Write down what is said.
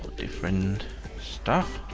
different stuff,